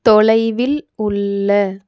தொலைவில் உள்ள